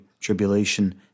tribulation